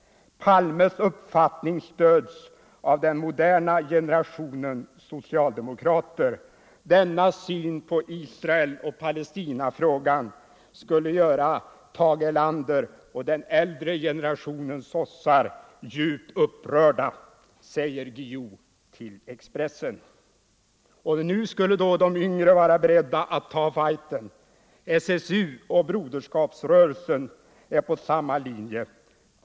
Palmes uppfattning stöds av den moderna generationen socialdemokrater. Denna syn på Israel och Palestinafrågan skulle göra Tage Erlander och den äldre generationens sossar ”djupt upprörda”, säger Jan Guillou till Expressen. Nu skulle de yngre vara beredda att ta fighten. SSU och Broderskapsrörelsen är på samma linje.